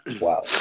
Wow